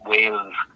Wales